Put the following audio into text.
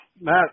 Matt